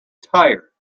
tire